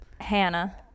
Hannah